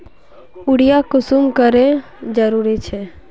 Urea कुंसम करे जरूरी छै?